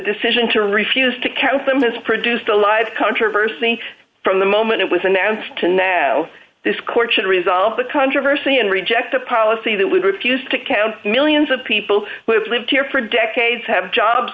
decision to refuse to count them has produced a live controversy from the moment it was announced and now this court should resolve the controversy and reject the policy that we've refused to count millions of people who have lived here for decades have jobs